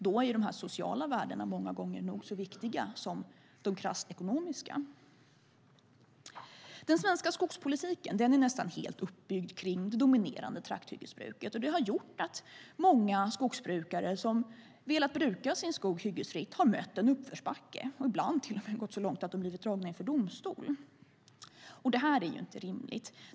Då är dessa sociala värden många gånger nog så viktiga som de krasst ekonomiska. Den svenska skogspolitiken är nästan helt uppbyggd kring det dominerande trakthyggesbruket. Det har gjort att många skogsbrukare som har velat bruka sin skog hyggesfritt har mött en uppförsbacke, och ibland har det till och med gått så långt att de har blivit dragna inför domstol. Detta är inte rimligt.